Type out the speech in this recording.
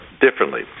differently